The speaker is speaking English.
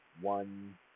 one